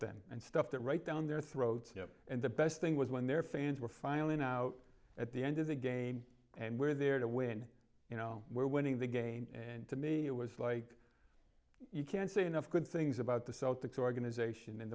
them and stuff that right down their throats and the best thing was when their fans were filing out at the end of the game and were there to win you know where winning the game and to me it was like you can't say enough good things about the celtics organization and